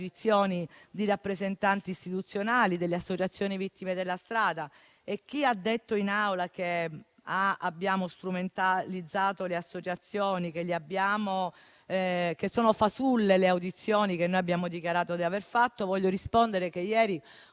Grazie a tutti